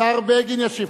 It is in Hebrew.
השר בגין ישיב.